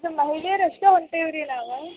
ಇದು ಮಹಿಳೆಯರು ಅಷ್ಟೇ ಹೊಂಟೀವ್ರಿ ನಾವು